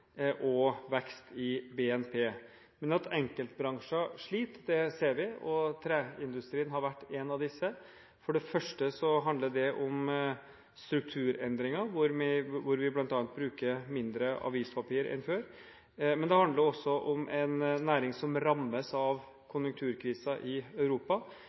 og vekst i BNP. Men at enkeltbransjer sliter, ser vi. Treindustrien har vært en av disse. For det første handler det om strukturendringer hvor vi bl.a. bruker mindre avispapir enn før. Men det handler også om en næring som rammes av konjunkturkrisen i Europa,